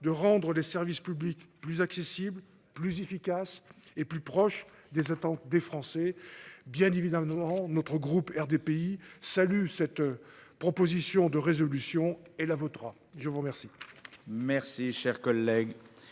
de rendre les services publics plus accessible, plus efficace et plus proche des attentes des Français bien évidemment notre groupe RDPI salue cette. Proposition de résolution et la vôtre. Je vous remercie.